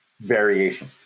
variation